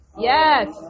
Yes